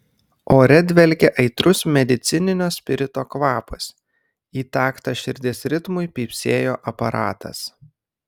ore dvelkė aitrus medicininio spirito kvapas į taktą širdies ritmui pypsėjo aparatas